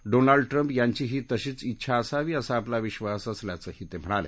Donald Trump यांचीही तशीच डेछा असावी असा आपला विधास असल्याचंही ते म्हणाले